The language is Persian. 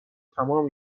تمام